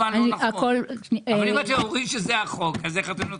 אם אתם אומרים שזה החוק, איך אתם נותנים אישור?